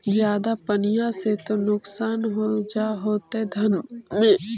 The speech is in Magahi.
ज्यादा पनिया से तो नुक्सान हो जा होतो धनमा में?